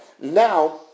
Now